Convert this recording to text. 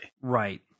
Right